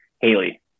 Haley